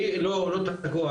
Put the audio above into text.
אני לא תקוע,